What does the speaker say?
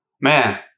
man